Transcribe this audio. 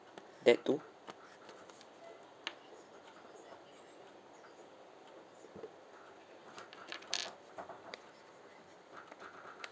that too